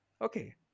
Okay